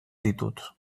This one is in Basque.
ditut